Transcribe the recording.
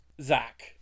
Zach